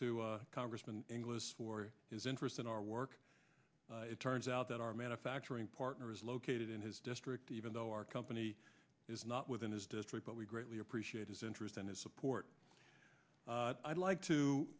to congressman inglis for his interest in our work it turns out that our manufacturing partner is located in his district even though our company is not within his district but we greatly appreciate his interest and his support i'd like to